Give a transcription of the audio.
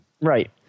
Right